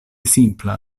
simpla